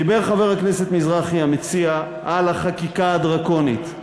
דיבר חבר הכנסת מזרחי, המציע, על החקיקה הדרקונית.